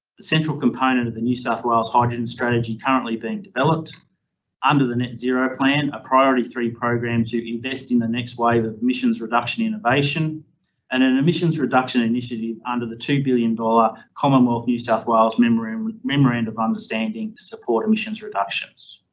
the central component of the new south wales hydrogen strategy currently being developed under the net zero plan a priority three program to invest in the next wave of emissions reduction innovation and an an emissions reduction initiative under the two billion dollars commonwealth new south wales memorandum of understanding to support emissions reductions.